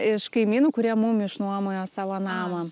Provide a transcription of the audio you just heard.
iš kaimynų kurie mum išnuomojo savo namą